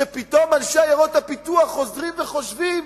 שפתאום אנשי עיירות הפיתוח חוזרים וחושבים